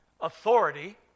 authority